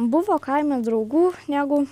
buvo kaime draugų negu